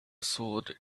sword